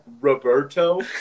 Roberto